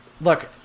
Look